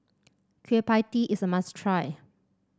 Kueh Pie Tee is a must try